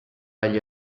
agli